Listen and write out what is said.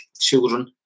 children